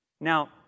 Now